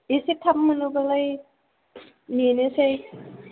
एसे थाब मोनोबालाय नेनोसै